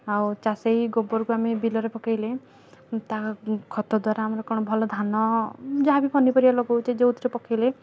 ଆଉ ଚାଷୀ ଏହି ଗୋବରକୁ ଆମେ ବିଲରେ ପକାଇଲେ ତାହା ଖତ ଦ୍ୱାରା ଆମର କ'ଣ ଭଲ ଧାନ ଯାହା ବି ପନିପରିବା ଲଗାଉଛେ ଯେଉଁଥିରେ ପକାଇଲେ